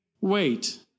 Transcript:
wait